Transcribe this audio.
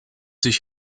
sich